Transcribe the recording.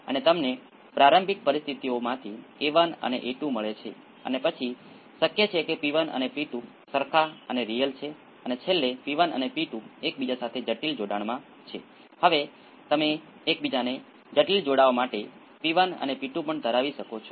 તેથી આ minus pi સુધી પહોંચે છે કૃપા કરીને ઉમેરો તે જ વસ્તુને મોટા સ્કેલ પર પ્લોટ કરો અને તમે V r અને V l અને i R જેવા અન્યચલને પણ પ્લોટ કરી શકો છો